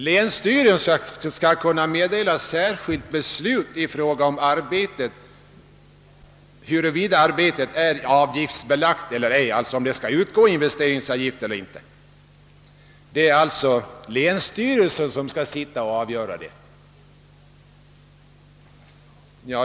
Länsstyrelsen skall kunna meddela särskilt beslut i fråga om huruvida arbetet är avgiftsbelagt eller ej, alltså om investeringsavgift skall erläggas eller inte.